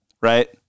Right